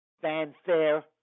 fanfare